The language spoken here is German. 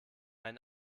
einen